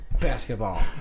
basketball